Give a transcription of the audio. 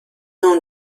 own